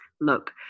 look